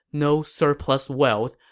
no surplus wealth,